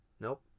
Nope